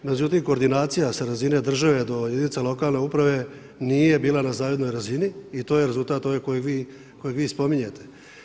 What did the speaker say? Međutim koordinacija sa razine države do jedinica lokalne uprave nije bila na zajednoj razini i to je rezultat ovi koji vi spominjete.